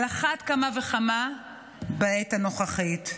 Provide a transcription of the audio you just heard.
על אחת כמה וכמה בעת הנוכחית.